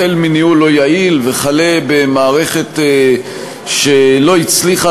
החל מניהול לא יעיל וכלה במערכת שלא הצליחה